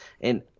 And-